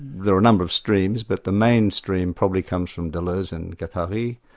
there are a number of streams, but the main stream probably comes from deleuze and guattari,